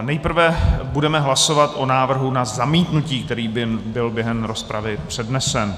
Nejprve budeme hlasovat o návrhu na zamítnutí, který byl během rozpravy přednesen.